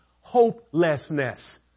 hopelessness